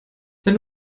wenn